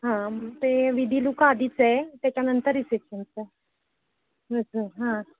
हां ते विधी लुक आधीच आहे त्याच्यानंतर रिसेप्शनचं असं हां